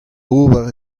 ober